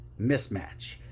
mismatch